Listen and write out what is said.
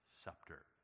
scepter